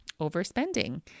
overspending